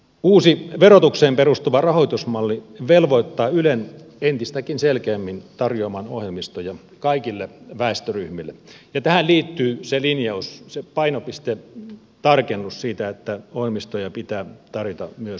uusi verotukseen perustuva rahoitusmalli velvoittaa ylen entistäkin selkeämmin tarjoamaan ohjelmistoja kaikille väestöryhmille ja tähän liittyy se linjaus se painopiste tarkennus siitä että ohjelmistoja pitää tarjota myös nuorille